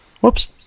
Whoops